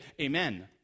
amen